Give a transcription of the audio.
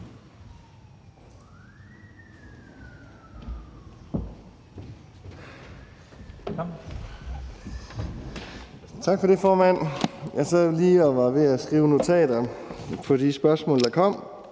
Tak for det, formand. Jeg sad lige og var ved at skrive notater til de spørgsmål, der kom,